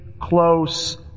close